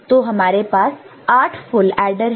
तो हमारे पास 8 फुल एडर है